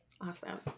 Awesome